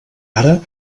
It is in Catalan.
ara